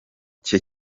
cye